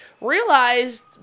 realized